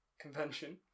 convention